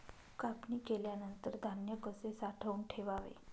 कापणी केल्यानंतर धान्य कसे साठवून ठेवावे?